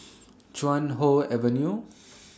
Chuan Hoe Avenue